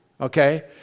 Okay